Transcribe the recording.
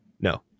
no